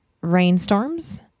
rainstorms